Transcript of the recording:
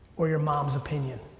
or your mom's opinion?